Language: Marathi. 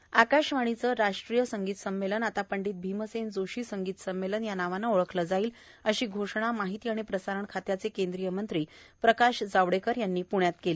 शताब्दी महोत्सव आकाशवाणीचे राष्ट्रीय संगीत संमेलन आता पंडित भीमसेन जोशी संगीत संमेलन या नावाने ओळखले जाईल अशी घोषणा माहिती आणि प्रसारण खात्याचे केंद्रीय मंत्री प्रकाश जावडेकर यांनी आज प्ण्यात केली